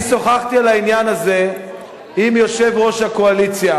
אני שוחחתי על העניין הזה עם יושב-ראש הקואליציה,